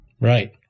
Right